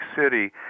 City